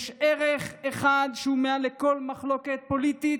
יש ערך אחד שהוא מעל כל מחלוקת פוליטית: